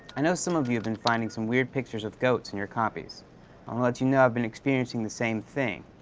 i know some of you have been finding some weird pictures of goats in your copies. i want to let you know i've been experiencing the same thing.